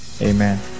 Amen